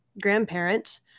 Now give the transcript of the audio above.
grandparent